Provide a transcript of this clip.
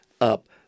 up